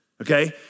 okay